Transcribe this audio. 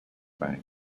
bank